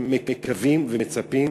הם מקווים ומצפים